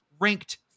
ranked